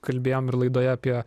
kalbėjom ir laidoje apie